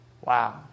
Wow